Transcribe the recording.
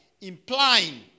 implying